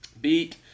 beat